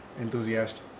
enthusiast